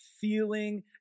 feeling